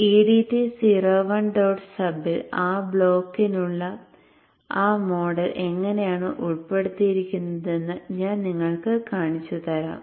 edt 01 dot sub ൽ ആ ബ്ലോക്കിനുള്ള ആ മോഡൽ എങ്ങനെയാണ് ഉൾപ്പെടുത്തിയിരിക്കുന്നതെന്ന് ഞാൻ നിങ്ങൾക്ക് കാണിച്ചുതരാം